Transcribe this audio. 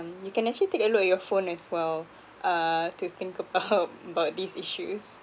you can actually take a look at your phone as well uh to think about about these issues